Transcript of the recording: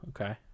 okay